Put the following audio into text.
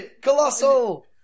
Colossal